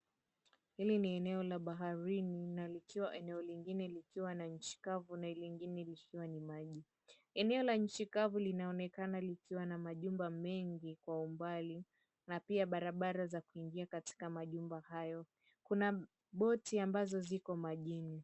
Hili ni eneo la baharini na eneo lingine likiwa ni inchi kavu na lingine likiwa na maji, eneo la nchi kavu linaonekana likiwa na majumba mengi kwa umbali na pia barabara za kuingia katika majumba hayo, kuna maboti ambazo ziko majini.